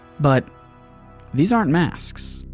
but these aren't masks.